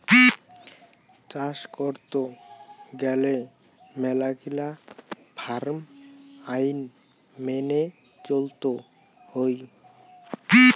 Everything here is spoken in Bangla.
চাস করত গেলে মেলাগিলা ফার্ম আইন মেনে চলত হই